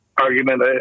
argument